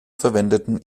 verwendeten